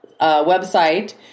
website